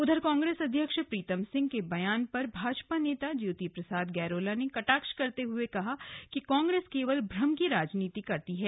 उधर कांग्रेस अध्यक्ष प्रीतम सिंह के बयान पर भाजपा नेता ज्योति प्रसाद गैरोला ने कटाक्ष करते हुए कहा कि कांग्रेस केवल भ्रम की राजनीति करती है